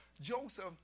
Joseph